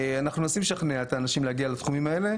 אנחנו מנסים לשכנע את האנשים להגיע לתחומים האלה